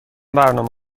برنامه